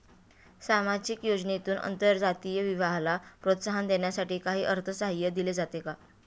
सामाजिक योजनेतून आंतरजातीय विवाहाला प्रोत्साहन देण्यासाठी काही अर्थसहाय्य दिले जाते का?